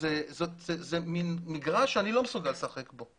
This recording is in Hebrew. זה מגרש שאני לא מסוגל לשחק בו.